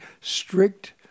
strict